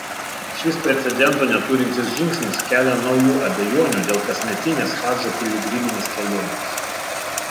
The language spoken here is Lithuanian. šis precedento neturintis žingsnis kelia naujų abejonių dėl kasmetinės hadžo piligriminės kelionės